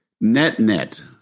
net-net